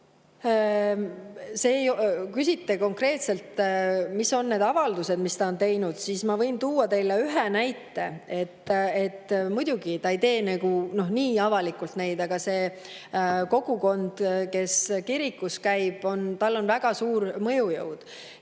küsite konkreetselt, mis on need avaldused, mis ta on teinud, siis ma võin tuua teile ühe näite. Muidugi ta ei tee neid nii avalikult, aga selles kogukonnas, kes kirikus käib, on tal väga suur mõjujõud.